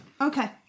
Okay